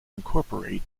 incorporate